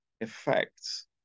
effects